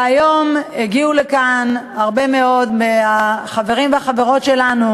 היום הגיעו לכאן הרבה מאוד מהחברים והחברות שלנו